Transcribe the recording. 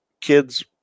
Kids